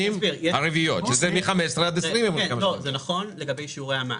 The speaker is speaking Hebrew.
הרביעיות שזה מ-15 עד 20. זה נכון לגבי שיעורי המס.